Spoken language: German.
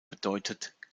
bedeutet